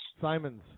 Simons